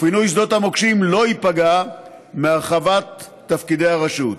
ופינוי שדות המוקשים לא ייפגע מהרחבת תפקידי הרשות.